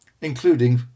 including